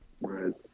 Right